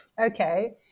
okay